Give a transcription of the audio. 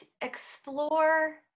explore